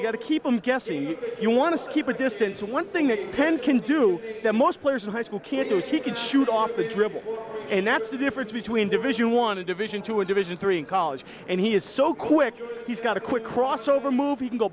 you gotta keep them guessing you want to keep a distance one thing that penn can do the most players in high school kid he could shoot off the dribble and that's the difference between division one a division two or division three in college and he is so quick he's got a quick crossover movie